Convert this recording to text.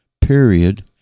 period